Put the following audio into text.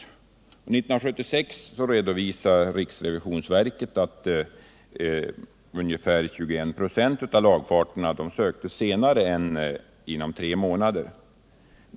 1976 redovisade riksrevisionsverket att ungefär 21 26 av lagfarterna sökts senare än inom tre månader.